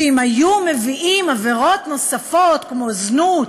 אם היו מביאים עבירות נוספות כמו זנות,